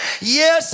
yes